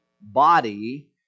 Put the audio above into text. body